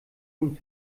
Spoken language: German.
nun